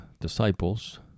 disciples